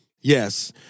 Yes